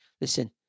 listen